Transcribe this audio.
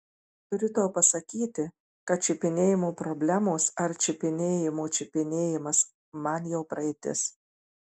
turiu tau pasakyti kad čiupinėjimo problemos ar čiupinėjimo čiupinėjimas man jau praeitis